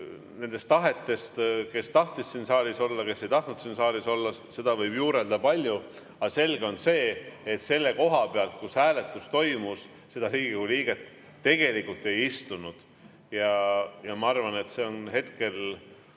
sellest tahtest, kes tahtis siin saalis olla, kes ei tahtnud siin saalis olla, selle üle võib juurelda palju, aga selge on see, et selle koha peal, kus hääletus toimus, see Riigikogu liige tegelikult ei istunud. Ma arvan, et see on hetkel